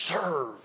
serve